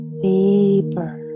deeper